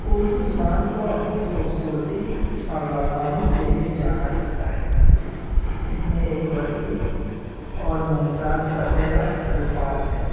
اردو زبان کو اپنی خوبصورتی اور روانی کے لیے جانا جاتا ہے اس میں ایک وسیع اور ممتاز ذخیرہ الفاظ ہیں